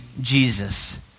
Jesus